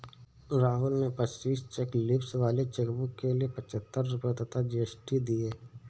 राहुल ने पच्चीस cheque leaves वाले चेकबुक के लिए पच्छत्तर रुपये तथा जी.एस.टी दिए